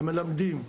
המלמדים,